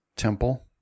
Temple